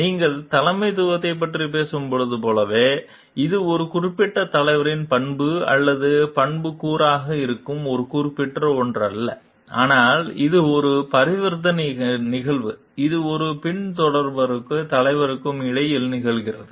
நீங்கள் தலைமைத்துவத்தைப் பற்றி பேசும்போது போலவே இது ஒரு குறிப்பிட்ட தலைவரின் பண்பு அல்லது பண்புக்கூறாக இருக்கும் ஒரு குறிப்பிட்ட ஒன்றல்ல ஆனால் இது ஒரு பரிவர்த்தனை நிகழ்வு இது ஒரு பின்தொடர்பவருக்கும் தலைவருக்கும் இடையில் நிகழ்கிறது